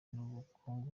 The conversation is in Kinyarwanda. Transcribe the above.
n’ubukungu